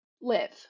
live